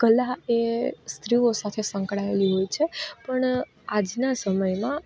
કલા એ સ્ત્રીઓ સાથે સંકળાયેલી હોય છે પણ આજના સમયમાં